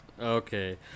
Okay